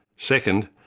second,